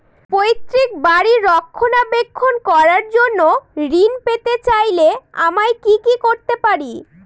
পৈত্রিক বাড়ির রক্ষণাবেক্ষণ করার জন্য ঋণ পেতে চাইলে আমায় কি কী করতে পারি?